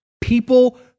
people